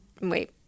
Wait